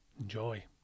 Enjoy